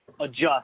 adjust